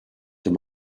them